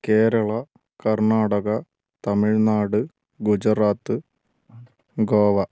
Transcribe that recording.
Kerala Karnataka Tamil Nadu Gujarat Goa